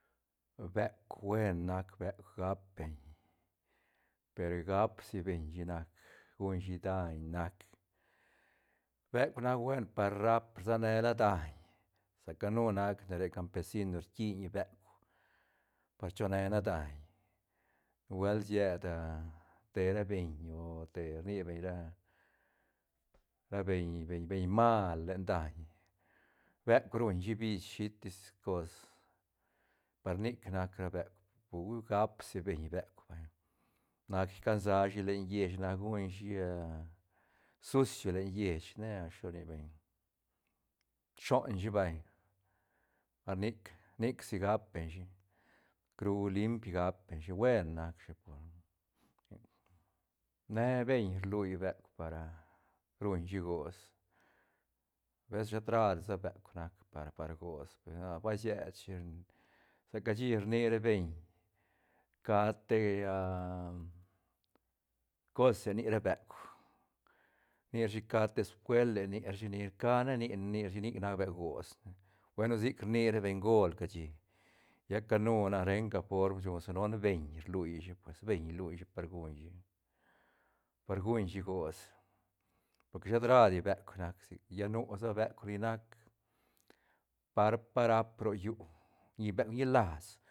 Beuk buen nac beuk gap beñ per gap si beñ shi nac guñshi daiñ nac beuk nac buen par rap rsa ne la daiñ saca ca nu nac ne re campesino rquin beuk pa cho ne- ne daiñ nubuelt sied te ra beñ oh te rni beñ ra, ra beñ-beñ mal len daiñ beuk ruñshi biis shitis cos par nic nac ra beuk pegu gap si beñ beuk vay nac ican sashi len lleich nac guñ shi sucio len lleich nea shi lo rni beñ shon shi vay par nic- nic si gap beñ shi cru limp gap beñ shi buen nac shi ne beñ rlui beuk para ruñ shi gots es shet ra disa beuk nac par- par gots ba siet shi sa cashi rni ra beñ ca te cose ni ra beuk rni rashi ca te scuele ni rashi ni cane ni ne rni rashi nic nac beuk gots ne bueno sic rni ra bengol cashi lla canu na renga form shune si none beñ rlui shi pues beñ luishi per guñshi par guñ shi gots por que shet radi beuk nac sic lla nu sa beuk ni nac par pa rap ro llu ñi beuk ñilas.